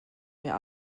mir